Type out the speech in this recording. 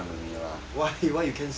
why why you cancel